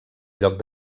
lloc